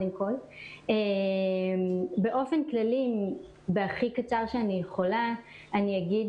באופן כללי ובקצרה אני אגיד